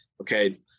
okay